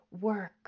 work